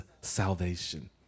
salvation